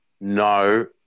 no